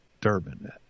Durban